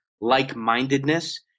like-mindedness